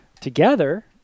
together